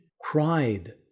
cried